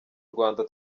rwanda